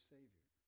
Savior